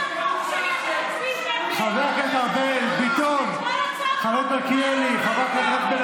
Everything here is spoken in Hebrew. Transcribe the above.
כל הצעות החוק שלי,